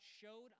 showed